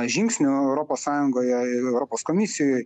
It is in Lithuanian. žingsnių europos sąjungoje ir europos komisijoj